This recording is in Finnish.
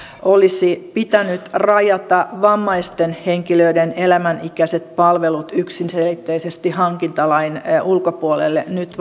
olisi pitänyt rajata vammaisten henkilöiden elämänikäiset palvelut yksiselitteisesti hankintalain ulkopuolelle nyt